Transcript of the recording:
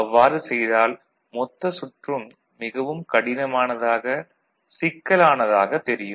அவ்வாறு செய்தால் மொத்த சுற்றும் மிகவும் கடினமானதாக சிக்கலானதாகத் தெரியும்